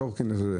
קורקינט.